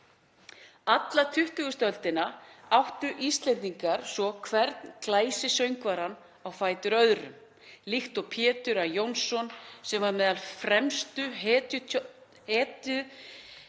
Alla 20. öldina áttu Íslendingar svo hvern glæsisöngvarann á fætur öðrum, líkt og Pétur A. Jónsson, sem var meðal fremstu